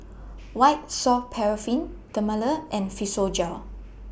White Soft Paraffin Dermale and Physiogel